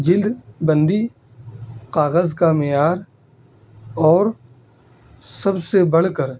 جلد بندی کاغذ کا معیار اور سب سے بڑھ کر